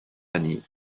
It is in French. années